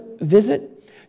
visit